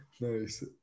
Nice